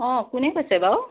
অ কোনে কৈছে বাৰু